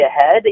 ahead